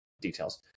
details